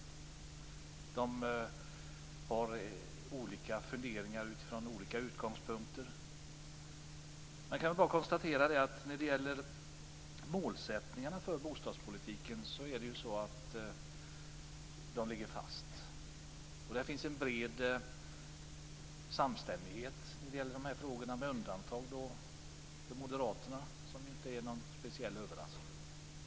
De har olika funderingar utifrån olika utgångspunkter. Man kan bara konstatera att målsättningarna för bostadspolitiken ligger fast. Det finns en bred samstämmighet när det gäller dessa frågor, med undantag för moderaterna, vilket inte är någon speciell överraskning.